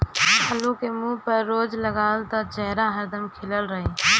आलू के मुंह पर रोज लगावअ त चेहरा हरदम खिलल रही